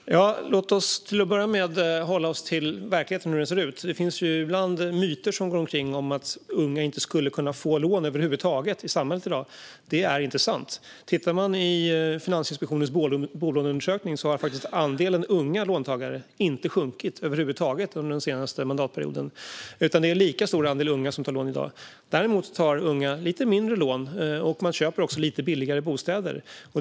Fru talman! Låt oss till att börja med hålla oss till verkligheten och hur den ser ut. Ibland cirkulerar myter om att unga inte över huvud taget skulle kunna få lån i samhället i dag. Detta är inte sant. Tittar man i Finansinspektionens bolåneundersökning ser man att andelen unga låntagare inte har sjunkit över huvud taget under den senaste mandatperioden. En lika stor andel unga tar lån i dag. Däremot tar unga lite mindre lån och köper lite billigare bostäder.